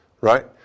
right